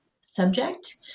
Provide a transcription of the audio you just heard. subject